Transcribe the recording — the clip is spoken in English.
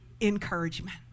encouragement